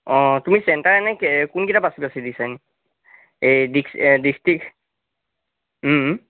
অঁ তুমি চেণ্টাৰ এনে কোনকেইটা বাছি দিছা এই ডিষ্ট্ৰিক্ট